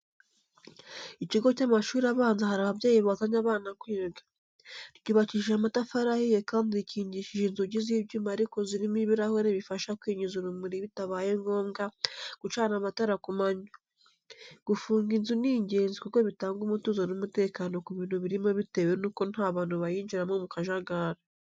Ikigo cy'amashuri abanza hari ababyeyi bazanye abana kwiga. Ryubakishije amatafari ahiye kandi rikingishije inzugi z'ibyuma ariko zirimo ibirahure bifasha kwinjiza urumuri bitabaye ngombwa gucana amatara ku manywa. Gufunga inzu ni ingenzi kuko bitanga umutuzo n'umutekano ku bintu birimo bitewe nuko nta bantu bayinjiramo mu kajagari.